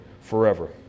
forever